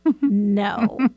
no